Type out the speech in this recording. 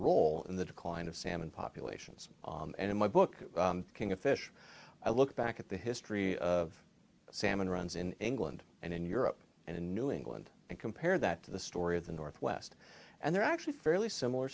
role in the decline of salmon populations and in my book king of fish i look back at the history of salmon runs in england and in europe and in new england and compare that to the story of the northwest and they're actually fairly similar